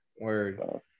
Word